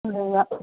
ꯑꯗꯨꯒ